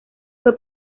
fue